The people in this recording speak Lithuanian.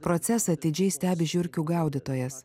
procesą atidžiai stebi žiurkių gaudytojas